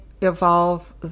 evolve